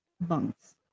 bunks